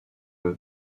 eux